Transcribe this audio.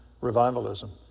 revivalism